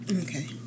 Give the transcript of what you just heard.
Okay